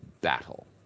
battle